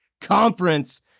conference